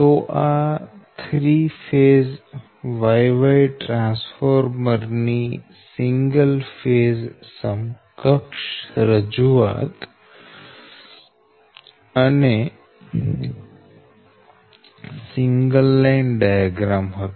તો આ 3 phase Y Y transformer ની સિંગલ ફેઝ સમકક્ષ રજૂઆત અને સિંગલ લાઈન ડાયાગ્રામ હતા